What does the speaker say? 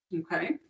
Okay